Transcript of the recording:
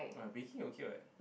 !wah! baking okay [what]